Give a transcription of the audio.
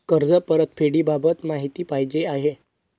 कर्ज परतफेडीबाबत माहिती पाहिजे आहे